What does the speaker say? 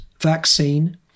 vaccine